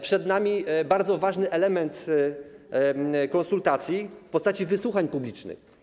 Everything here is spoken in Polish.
Przed nami bardzo ważny element konsultacji w postaci wysłuchań publicznych.